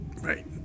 Right